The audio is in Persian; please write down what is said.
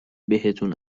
بهتون